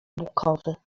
bukowy